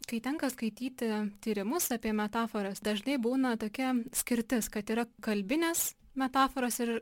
kai tenka skaityti tyrimus apie metaforas dažnai būna tokia skirtis kad yra kalbinės metaforos ir